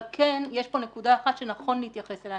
אבל כן יש פה נקודה אחת שנכון להתייחס אליה.